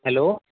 hello